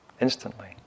instantly